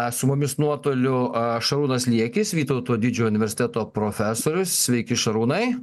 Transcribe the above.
su mumis nuotoliu a šarūnas liekis vytauto didžiojo universiteto profesorius sveiki šarūnai